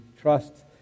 trust